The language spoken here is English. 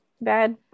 bad